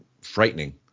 frightening